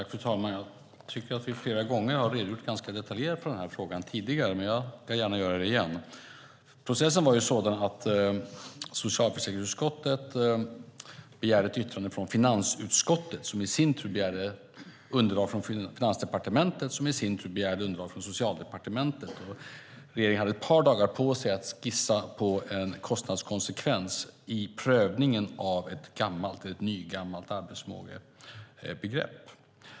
Fru talman! Jag tycker att vi flera gånger riktigt detaljerat har redogjort för den här frågan tidigare, men jag ska gärna göra det igen. Processen var sådan att socialförsäkringsutskottet begärde ett yttrande från finansutskottet, som i sin tur begärde underlag från Finansdepartementet, som i sin tur begärde underlag från Socialdepartementet. Regeringen hade ett par dagar på sig att skissa på en kostnadskonsekvens i prövningen av ett nygammalt arbetsförmågebegrepp.